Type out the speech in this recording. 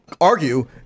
argue